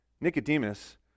Nicodemus